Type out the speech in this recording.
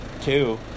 two